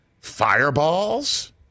Fireballs